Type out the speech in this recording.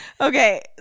okay